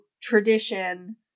tradition